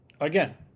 Again